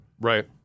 Right